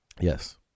Yes